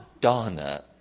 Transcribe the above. Donna